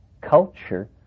culture